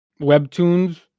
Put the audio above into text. webtoons